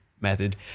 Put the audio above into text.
method